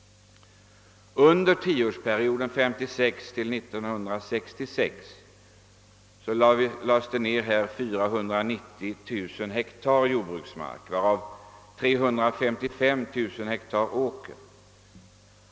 Under tioårsperioden 1956—1966 lades det här i landet ned 490 000 hektar jordbruksmark, varav 355000 hektar åker.